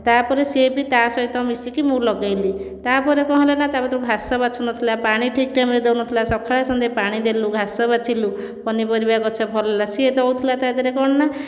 ତା'ପରେ ସିଏ ବି ତା'ସହିତ ମିଶିକି ମୁଁ ଲଗେଇଲି ତା'ପରେ କ'ଣ ହେଲା ନା ତା ଭିତରୁ ଘାସ ବାଛୁ ନଥିଲା ପଣି ଠିକ ଟାଇମରେ ଦେଉନଥିଲା ସଖାଳ ସନ୍ଧ୍ୟାରେ ପାଣି ଦେଲୁ ଘାସ ବାଛିଲୁ ପନିପରିବା ଗଛରେ ଫଳିଲା ସେ ଦେଉଥିଲା ତା' ଦେହରେ କ'ଣ ନା